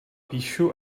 píšu